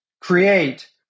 create